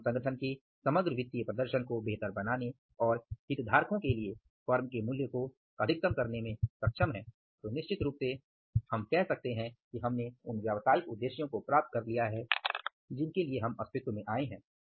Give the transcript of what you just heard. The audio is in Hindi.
और हम संगठन के समग्र वित्तीय प्रदर्शन को बेहतर बनाने और हितधारकों के लिए फर्म के मूल्य को अधिकतम करने में सक्षम हैं तो निश्चित रूप से हम कह सकते हैं कि हमने उन व्यावसायिक उद्देश्यों को प्राप्त कर लिया है जिनके लिए हम अस्तित्व में आए हैं